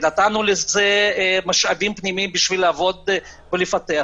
נתנו לזה משאבים רגילים בשביל לעבוד ולפתח,